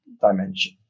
dimension